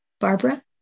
Barbara